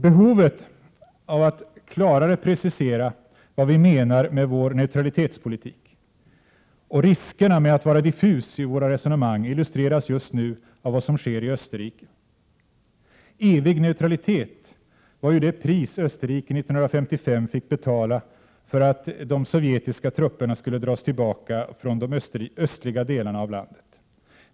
Behovet av att klarare precisera vad vi menar med vår neutralitetspolitik och riskerna med att vara diffus i våra resonemang illustreras just nu av vad som sker i Österrike. ”Evig neutralitet” var ju det pris Österrike 1955 fick betala för att de sovjetiska trupperna skulle dras tillbaka från de östliga delarna av landet.